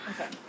Okay